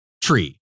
tree